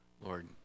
Lord